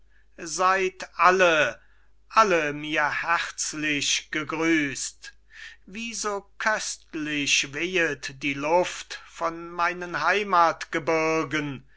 seyd alle alle mir herzlich gegrüßt wie so köstlich wehet die luft von meinen heimath gebürgen